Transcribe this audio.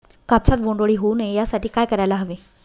कापसात बोंडअळी होऊ नये यासाठी काय करायला हवे?